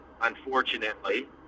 unfortunately